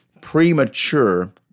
premature